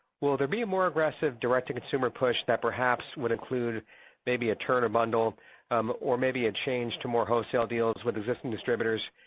will there be a more aggressive direct-to-consumer push that perhaps would include maybe a turner bundle or maybe a change to more wholesale deals with existing distributors?